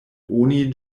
oni